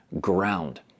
ground